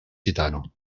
gitano